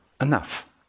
enough